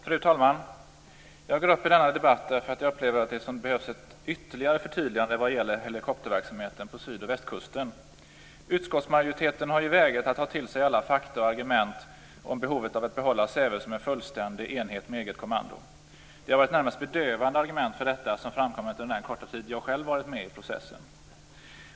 Fru talman! Jag går upp i denna debatt därför att jag upplever det som att det behövs ett ytterligare förtydligande vad gäller helikopterverksamheten på syd och västkusten. Utskottsmajoriteten har vägrat att ta till sig alla fakta och argument om behovet av att behålla Säve som en fullständig enhet med eget kommando. Det har varit närmast bedövande argument för detta som framkommit under den korta tid jag varit med i processen.